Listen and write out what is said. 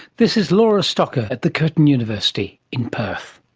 this is laura stocker at the curtin university in perth.